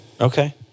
Okay